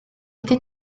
wedi